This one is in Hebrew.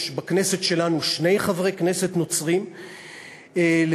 יש בכנסת שלנו שני חברי כנסת נוצרים, למשל,